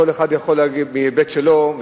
כל אחד יכול להגיד מההיבט שלו,